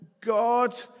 God